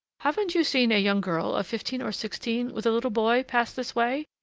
haven't you seen a young girl of fifteen or sixteen, with a little boy, pass this way?